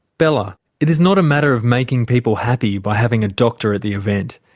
bella, it is not a matter of making people happy by having a doctor at the event.